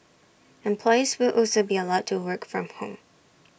employees will also be allowed to work from home